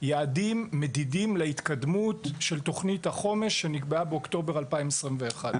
אחד הדברים הגדולים ביותר שמסכנים את הביטחון האישי שלנו ושל ילדינו,